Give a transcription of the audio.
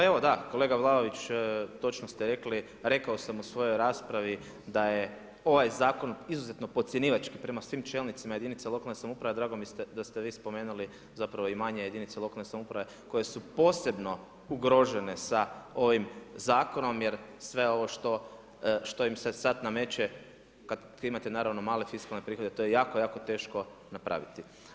Pa evo da, kolega Vlaović točno ste rekli, rekao sam u svojoj raspravi da je ovaj zakon izuzetno podcjenjivački prema svim čelnicima jedinica lokalne samouprave, drago mi je da ste vi spomenuli zapravo i manje jedinice lokalne samouprave koje su posebno ugrožene sa ovim zakonom, jer sve ovo što im se sad nameće kad imate naravno male fiskalne prihode to je jako, jako teško napraviti.